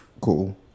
cool